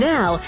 Now